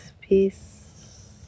peace